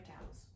towels